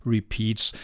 Repeats